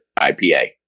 IPA